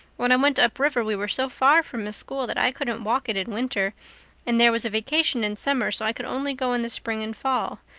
when i went up river we were so far from a school that i couldn't walk it in winter and there was a vacation in summer, so i could only go in the spring and fall.